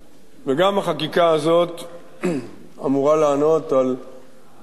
וגם החקיקה הזאת אמורה לענות על שינויים